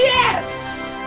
yes.